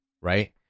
Right